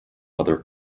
other